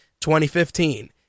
2015